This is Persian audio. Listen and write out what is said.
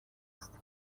است